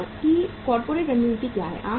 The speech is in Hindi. फर्म की कॉर्पोरेट रणनीति क्या है